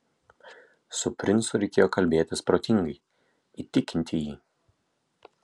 su princu reikėjo kalbėtis protingai įtikinti jį